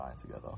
together